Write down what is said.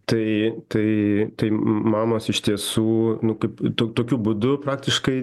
tai tai tai m mamos iš tiesų nu kaip tu tokiu būdu praktiškai